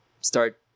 start